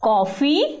Coffee